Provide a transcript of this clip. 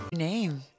Name